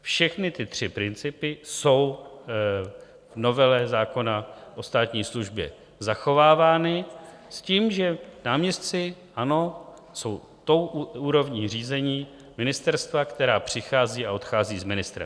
Všechny ty tři principy jsou v novele zákona o státní službě zachovávány s tím, že náměstci jsou tou úrovní řízení ministerstva, která přichází a odchází s ministrem.